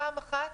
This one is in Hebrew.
פעם אחת,